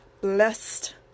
blessed